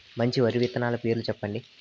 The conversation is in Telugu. మంచి వరి విత్తనాలు పేర్లు చెప్పండి?